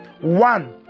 one